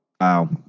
Wow